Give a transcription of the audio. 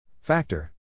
Factor